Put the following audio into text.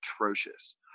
atrocious